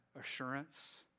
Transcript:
assurance